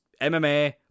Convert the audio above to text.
MMA